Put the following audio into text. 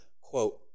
quote